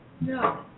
No